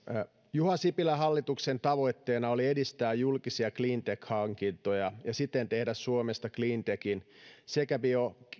juha sipilän hallituksen tavoitteena oli edistää julkisia cleantech hankintoja ja siten tehdä suomesta cleantechin sekä bio